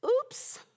oops